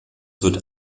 wird